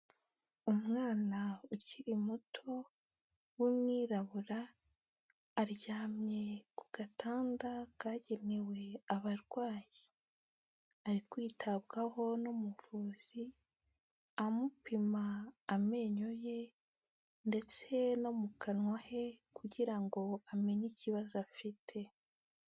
Umwana ukiri muto w'umwirabura aryamye ku gatanda kagenewe abarwayi ari kwitabwaho n'umuvuzi amupima amenyo ye ndetse no mu kanwa he kugira ngo amenye ikibazo afite.